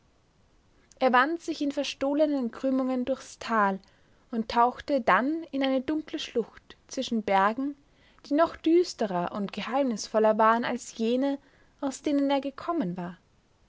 er wand sich in verstohlenen krümmungen durchs tal und tauchte dann in eine dunkle schlucht zwischen bergen die noch düsterer und geheimnisvoller waren als jene aus denen er gekommen war